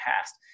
past